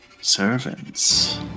servants